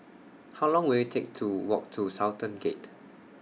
How Long Will IT Take to Walk to Sultan Gate